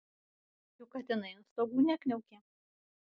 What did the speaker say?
juk katinai ant stogų nekniaukė